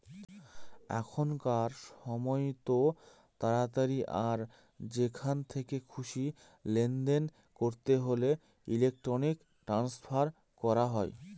এখনকার সময়তো তাড়াতাড়ি আর যেখান থেকে খুশি লেনদেন করতে হলে ইলেক্ট্রনিক ট্রান্সফার করা হয়